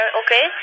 okay